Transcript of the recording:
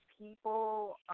people